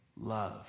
Love